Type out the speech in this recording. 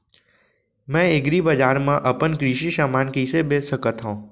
मैं एग्रीबजार मा अपन कृषि समान कइसे बेच सकत हव?